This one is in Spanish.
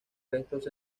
restos